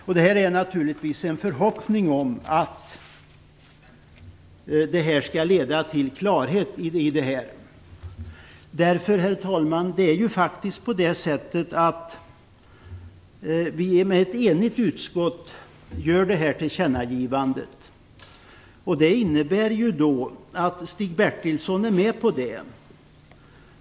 Man har naturligtvis en förhoppning om att detta skall leda till klarhet. Det är ju på det sättet, herr talman, att det är ett enigt utskott som gör det här tillkännagivandet. Det innebär att Stig Bertilsson är med på det.